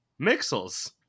Mixels